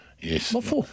Yes